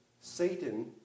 Satan